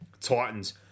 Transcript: Titans